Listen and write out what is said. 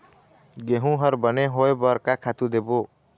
गेहूं हर बने होय बर का खातू देबो?